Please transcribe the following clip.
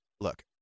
look